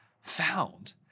found